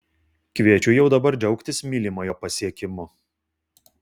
kviečiu jau dabar džiaugtis mylimojo pasiekimu